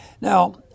Now